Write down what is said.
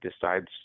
decides